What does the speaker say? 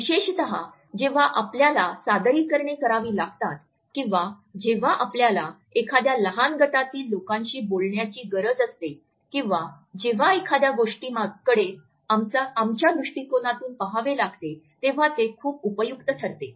विशेषतः जेव्हा आपल्याला सादरीकरणे करावी लागतात किंवा जेव्हा आपल्याला एखाद्या लहान गटातील लोकांशी बोलण्याची गरज असते किंवा जेव्हा एखाद्या गोष्टीकडे आमच्या दृष्टीकोनातून पहावे लागते तेव्हा ते खूप उपयुक्त ठरते